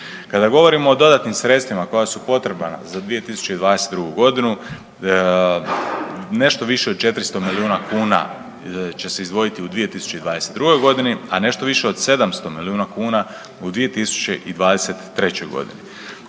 Kada govorimo o dodatnim sredstvima koja su potrebna za 2022. godinu nešto više od 400 milijuna kuna će se izdvojiti u 2022. godini, a nešto više od 700 milijuna kuna u 2023. godini.